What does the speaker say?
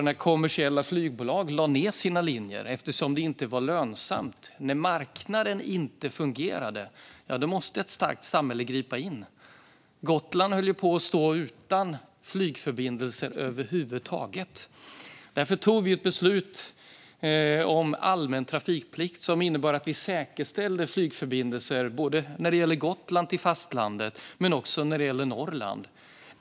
När kommersiella flygbolag lägger ned sina linjer eftersom de inte är lönsamma, när marknaden inte fungerar, då måste ett starkt samhälle gripa in. Gotland höll på att stå utan flygförbindelser över huvud taget. Därför fattade regeringen ett beslut om allmän trafikplikt. Det innebar att vi säkerställde flygförbindelser för Gotland till fastlandet och för Norrland.